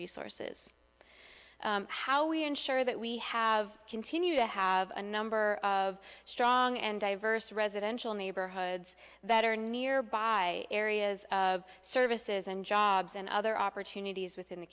resources how we ensure that we have continue to have a number of strong and diverse residential neighborhoods that are nearby areas of services and jobs and other opportunities within the